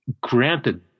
granted